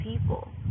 people